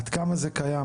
עד כמה זה קיים,